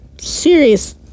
serious